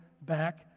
back